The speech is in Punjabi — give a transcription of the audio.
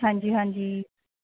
ਹਾਂਜੀ ਹਾਂਜੀ